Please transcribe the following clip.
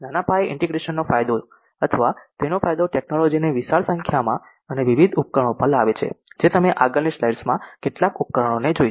નાના પાયે ઇન્ટીગ્રેશન નો ફાયદો અથવા તેનો ફાયદો ટેકનોલોજીને વિશાળ સંખ્યામાં અને વિવિધ ઉપકરણો પર લાવે છે જે અમે આગળની સ્લાઇડ્સમાં કેટલાક ઉપકરણોને જોઇશું